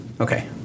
Okay